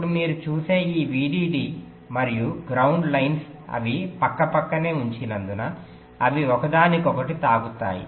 ఇప్పుడు మీరు చూసే ఈ VDD మరియు గ్రౌండ్ లైన్స్ అవి పక్కపక్కనే ఉంచినందున అవి ఒకదానికొకటి తాకుతాయి